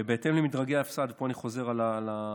ובהתאם למדרגי הפס"ד, פה אני חוזר על,